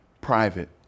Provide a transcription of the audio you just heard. private